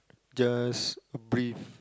just breathe